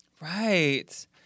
Right